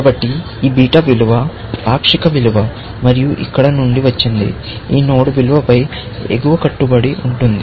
కాబట్టి ఈ బీటా విలువ ఇది పాక్షిక విలువ మరియు ఇక్కడ నుండి వచ్చింది ఈ నోడ్ విలువపై ఎగువ కట్టుబడి ఉంటుంది